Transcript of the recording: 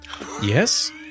yes